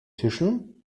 tischen